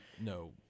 No